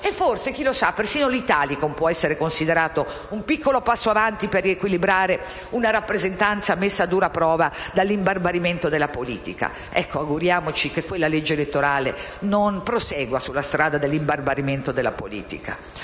e forse - chi lo sa? - persino l'Italicum può essere considerato un piccolo passo in avanti, per riequilibrare una rappresentanza messa a dura prova dall'imbarbarimento della politica. Auguriamoci che quella legge elettorale non prosegua sulla strada dell'imbarbarimento della politica.